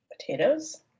Potatoes